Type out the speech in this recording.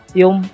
yung